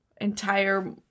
entire